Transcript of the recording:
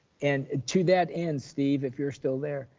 and to that end, steve, if you're still there.